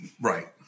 right